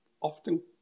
often